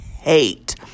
Hate